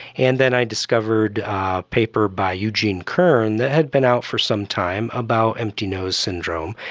and then i discovered a paper by eugene kern that had been out for some time about empty nose syndrome.